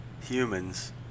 humans